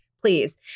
Please